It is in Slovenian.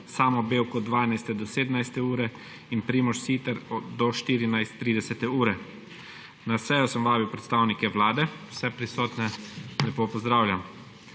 Samo Bevk od 12. do 17. ure in Primož Siter do 14.30. Na sejo sem vabil predstavnike Vlade. Vse prisotne lepo pozdravljam!